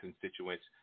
constituents